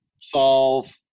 solve